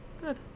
Good